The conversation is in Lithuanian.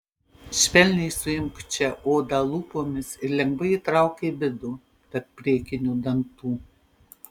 švelniai suimk čia odą lūpomis ir lengvai įtrauk į vidų tarp priekinių dantų